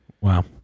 Wow